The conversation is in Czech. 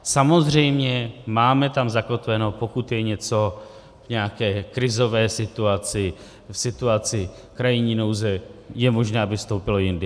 Samozřejmě máme tam zakotveno, pokud je něco v nějaké krizové situaci, v situaci krajní nouze, je možné, aby vstoupilo jindy.